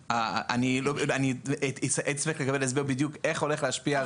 אני אצטרך לקבל הסבר בדיוק איך הולכת להשפיע הרפורמה בכשרות על היבוא.